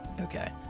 Okay